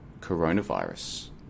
coronavirus